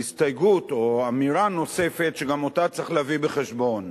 הסתייגות או אמירה נוספת שגם אותה צריך להביא בחשבון.